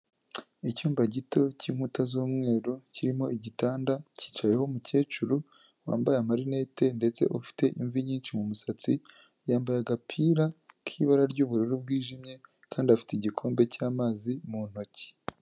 Icyumba gito cyinkuta z'umweru, kirimo igitanda, cyicayeho umukecuru wambaye amarinete ndetse ufite imvi nyinshi mu musatsi, yambaye agapira k'ibara ry'ubururu bwijimye kandi afite igikombe cy'amazi mu ntoki.